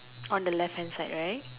on the left hand side right